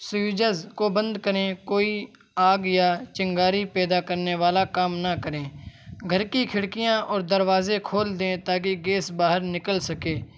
switches کو بند کریں کوئی آگ یا چنگاری پیدا کرنے والا کام نہ کریں گھر کی کھڑکیاں اور دروازے کھول دیں تاکہ گیس باہر نکل سکے